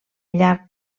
llarg